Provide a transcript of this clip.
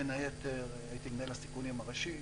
בין היתר הייתי מנהל הסיכונים הראשי.